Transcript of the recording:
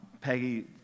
Peggy